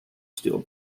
steel